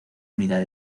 unidad